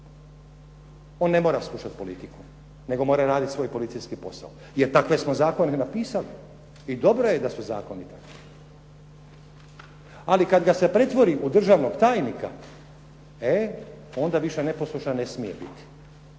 on ne mora slušati politiku nego mora radit svoj policijski posao, jer takve smo zakone napisali i dobro je da su zakoni takvi. Ali kad ga se pretvori u državnog tajnika, e onda više neposlušan ne smije biti.